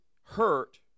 hurt